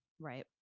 Right